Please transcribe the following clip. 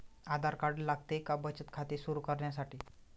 आधार card लागते का बचत खाते सुरू करण्यासाठी?